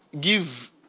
give